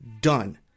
done